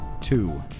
two